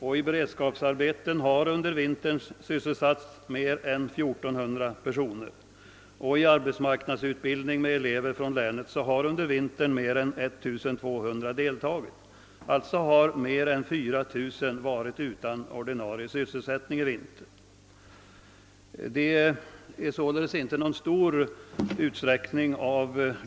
I beredskapsarbeten har under vintern sysselsatts mer än 1400 personer, och i arbetsmarknadsutbildning med elever från länet har mer än 1200 deltagit. Alltså har mer än 4000 personer varit utan ordinarie sysselsättning i vinter.